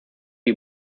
die